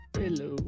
hello